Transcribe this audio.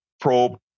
probe